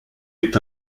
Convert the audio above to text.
est